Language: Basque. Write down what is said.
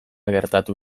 gertatu